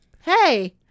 Hey